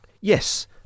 Yes